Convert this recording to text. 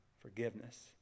forgiveness